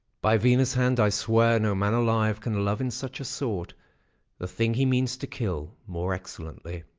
by venus' hand i swear no man alive can love in such a sort the thing he means to kill, more excellently.